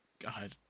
god